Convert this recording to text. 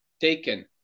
taken